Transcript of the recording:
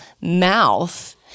mouth